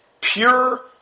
pure